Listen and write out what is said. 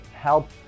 help